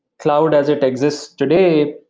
cloud as it exists today,